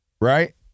right